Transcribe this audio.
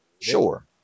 Sure